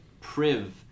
priv